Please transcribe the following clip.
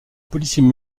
policiers